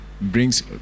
brings